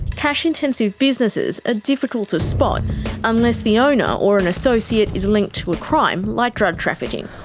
cash intensive businesses are difficult to spot unless the owner or an associate is linked to a crime like drug trafficking.